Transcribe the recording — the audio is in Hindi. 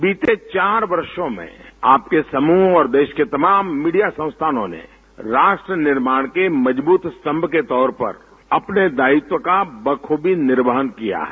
बीते चार वर्षों में आपके समूह और देश के तमाम मीडिया संस्थानों ने राष्ट्र निर्माण के मजबूत स्तंभ के तौर पर अपने दायित्व का बखूबी निर्वाहन किया है